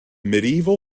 medieval